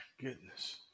goodness